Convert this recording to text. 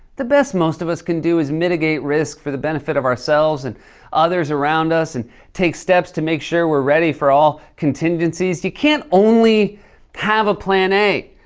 the best most of us can do is mitigate risk for the benefit of ourselves and others around us and take steps to make sure we're ready for all contingencies. you can't only have a plan a,